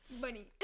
Bunny